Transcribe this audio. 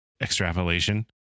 extrapolation